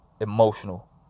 emotional